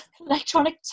electronic